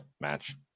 match